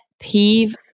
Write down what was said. peeve